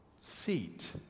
seat